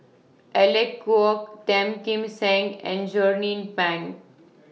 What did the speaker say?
Alec Kuok Tan Kim Seng and Jernnine Pang